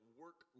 work